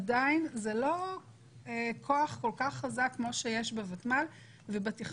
עדיין זה לא כוח כל כך חזק כמו שיש בוותמ"ל ובתכנון